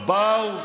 באו.